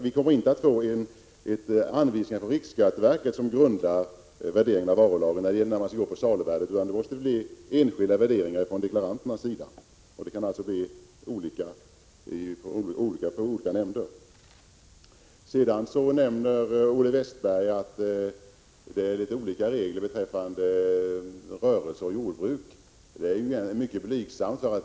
Vi kommer inte att få anvisningar från riksskatteverket som anger när saluvärdet skall gälla vid värderingen av varulagret, utan det blir fråga om en värdering som görs av de enskilda deklaranterna. Det medför att behandlingen varierar mellan olika taxeringsnämnder. Olle Westberg nämnde att reglerna är olika för rörelse resp. jordbruk. Men skillnaden är mycket blygsam.